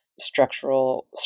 structural